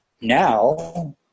Now